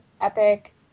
epic